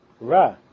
Ra